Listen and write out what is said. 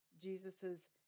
jesus's